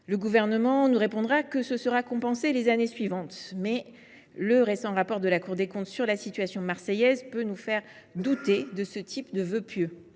Le Gouvernement nous répondra que ce sera compensé les années suivantes, mais le récent rapport de la Cour des comptes sur la situation marseillaise peut nous faire douter de ce qui